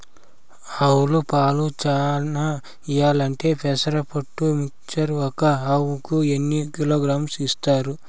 ఆవులు పాలు చానా ఇయ్యాలంటే పెసర పొట్టు మిక్చర్ ఒక ఆవుకు ఎన్ని కిలోగ్రామ్స్ ఇస్తారు?